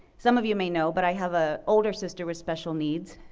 some of you may know, but i have a older sister with special needs.